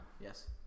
Yes